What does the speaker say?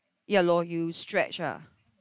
ya lor you stretch ah